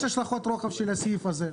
יש השלכות רוחב של הסעיף הזה.